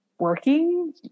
working